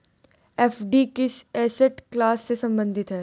FD किस asset class से संबंधित है?